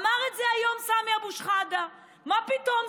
אמר את היום סמי אבו שחאדה: מה פתאום,